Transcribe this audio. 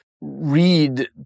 read